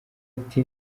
ati